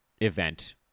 event